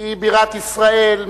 בירת ישראל,